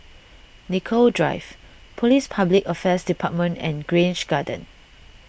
Nicoll Drive Police Public Affairs Department and Grange Garden